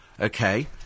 okay